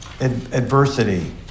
adversity